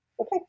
Okay